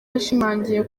yashimangiye